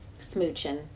smooching